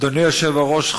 אדוני היושב-ראש,